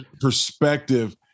perspective